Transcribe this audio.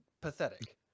pathetic